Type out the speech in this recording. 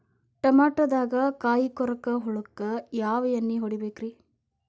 ಟಮಾಟೊದಾಗ ಕಾಯಿಕೊರಕ ಹುಳಕ್ಕ ಯಾವ ಎಣ್ಣಿ ಹೊಡಿಬೇಕ್ರೇ?